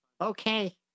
Okay